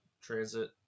transit